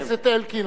חבר הכנסת אלקין,